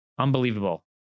Unbelievable